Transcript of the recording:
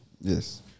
Yes